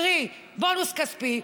קרי בונוס כספי,